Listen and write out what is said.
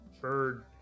Bird